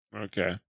Okay